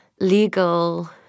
legal